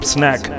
Snack